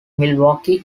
milwaukee